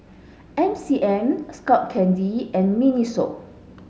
M C M Skull Candy and Miniso